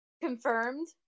confirmed